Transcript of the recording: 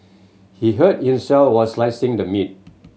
he hurt himself while slicing the meat